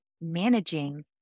managing